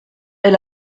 est